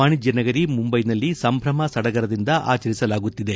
ವಾಣಿಜ್ಯ ನಗರಿ ಮುಂಬೈನಲ್ಲಿ ಸಂಭ್ರಮ ಸಡಗರದಿಂದ ಆಚರಿಸಲಾಗುತ್ತಿದೆ